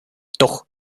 doch